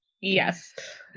yes